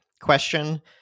question